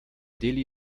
delhi